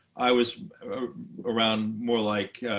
i was around more like